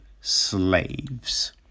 slaves